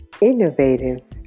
innovative